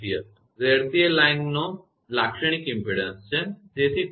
𝑍𝑐 એ લાઇનનો લાક્ષણિક ઇમપેડન્સ છે